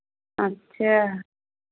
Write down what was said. अच्छा